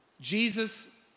Jesus